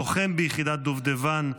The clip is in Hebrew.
לוחם ביחידת דובדבן,